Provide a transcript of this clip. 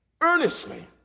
earnestly